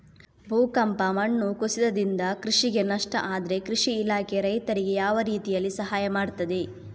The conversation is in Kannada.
ಭೂಕಂಪ, ಮಣ್ಣು ಕುಸಿತದಿಂದ ಕೃಷಿಗೆ ನಷ್ಟ ಆದ್ರೆ ಕೃಷಿ ಇಲಾಖೆ ರೈತರಿಗೆ ಯಾವ ರೀತಿಯಲ್ಲಿ ಸಹಾಯ ಮಾಡ್ತದೆ?